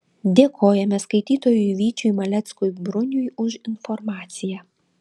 dėkojame skaitytojui vyčiui maleckui bruniui už informaciją